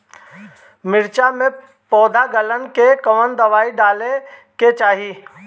मिर्च मे पौध गलन के कवन दवाई डाले के चाही?